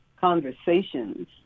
conversations